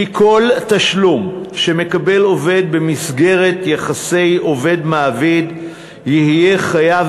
כל תשלום שמקבל עובד במסגרת יחסי עובד מעביד יהיה חייב